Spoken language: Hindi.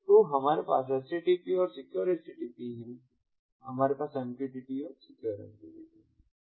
तो हमारे पास http और सिक्योर http है हमारे पास MQTT और सिक्योर MQTT है